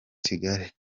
kigali